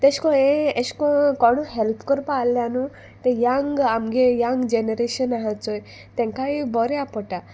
तेशकों ए एश कोन कोणू हेल्प करपा आल्या न्हू तें यंग आमगे यंग जॅनरेशन आहा चोय तेंकाय बऱ्या पोटा